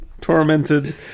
tormented